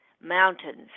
mountains